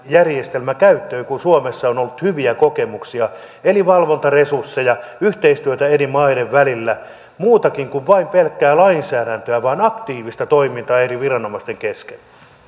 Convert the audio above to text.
järjestelmä kun suomessa on ollut hyviä kokemuksia eli valvontaresursseja yhteistyötä eri maiden välillä muutakin eli ei vain pelkkää lainsäädäntöä vaan aktiivista toimintaa eri viranomaisten kesken